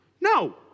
No